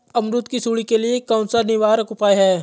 अमरूद की सुंडी के लिए कौन सा निवारक उपाय है?